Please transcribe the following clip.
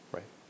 Right